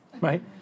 right